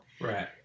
Right